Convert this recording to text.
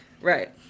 Right